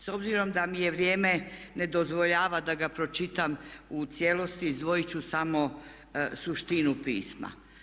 S obzirom da mi je vrijeme ne dozvoljava da ga pročitam u cijelosti, izdvojit ću samo suštinu pisma.